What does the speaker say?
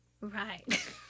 right